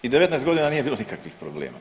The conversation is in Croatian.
I 19 godina nije bilo nikakvih problema.